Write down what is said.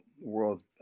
world